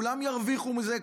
כולם ירוויחו מזה,